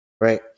right